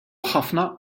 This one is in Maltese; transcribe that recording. ħafna